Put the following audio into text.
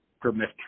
permit